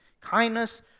kindness